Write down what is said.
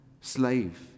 slave